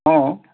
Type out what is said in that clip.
অঁ